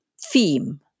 theme